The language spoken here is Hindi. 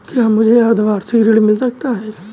क्या मुझे अर्धवार्षिक ऋण मिल सकता है?